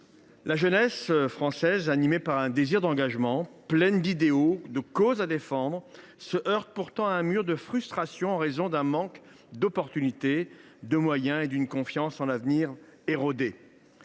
La jeunesse française, animée par un désir d’engagement, pleine d’idéaux et de causes à défendre, se heurte pourtant à un mur de frustrations en raison d’un manque de possibilités et de moyens, ainsi que d’une confiance en l’avenir érodée.